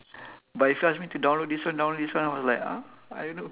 but if you ask me to download this one download this one was like I don't know